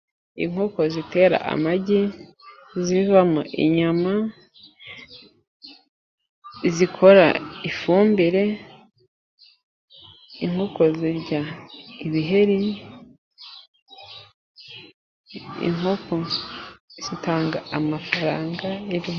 Inkoko zitera amagi，zivamo inyama， zikora ifumbire， inkoko zirya ibiheri，inkoko zitanga amafaranga....